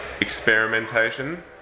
experimentation